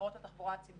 מחברות התחבורה הציבורית